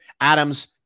Adams